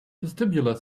vestibular